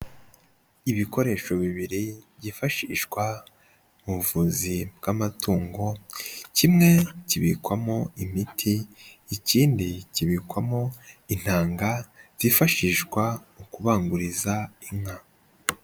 Ibikoresho bibiri byifashishwa mu buvuzi bw'amatungo kimwe kibikwamo imiti, ikindi kibikwamo intanga byifashishwa mu kubanguriza inka.